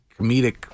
comedic